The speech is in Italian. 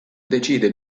decide